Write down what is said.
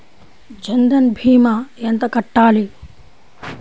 జన్ధన్ భీమా ఎంత కట్టాలి?